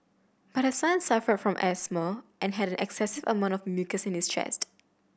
but her son suffered from asthma and had an excessive amount of mucus in his chest